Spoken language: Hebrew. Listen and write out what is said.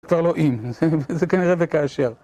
כבר לא אין, זה כנראה וכאשר